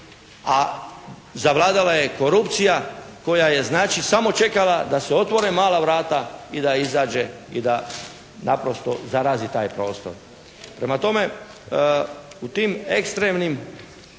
a zavladala je korupcija koja je znači samo čekala da se otvore mala vrata i da izađe i da naprosto zarazi taj prostor. Prema tome, u tim ekstremnim